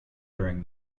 during